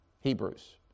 Hebrews